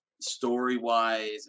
story-wise